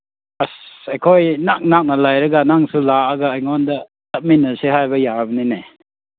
ꯑꯁ ꯑꯩꯈꯣꯏ ꯏꯅꯛ ꯅꯛꯅ ꯂꯩꯔꯒ ꯅꯪꯁꯨ ꯂꯥꯛꯑꯒ ꯑꯩꯉꯣꯟꯗ ꯆꯠꯃꯤꯟꯅꯁꯦ ꯍꯥꯏꯕ ꯌꯥꯕꯅꯤꯅꯦ